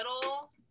little